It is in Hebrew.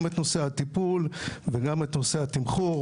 גם את נושא הטיפול וגם את נושא התמחור.